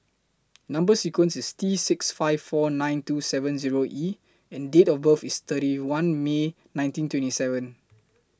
Number sequence IS T six five four nine two seven Zero E and Date of birth IS thirty one May nineteen twenty seven